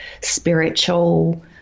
spiritual